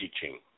teaching